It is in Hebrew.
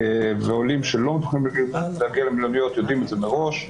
עולים שלא מתוכננים להגיע למלוניות גם יודעים את זה מראש.